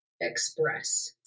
express